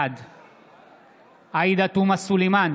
בעד עאידה תומא סלימאן,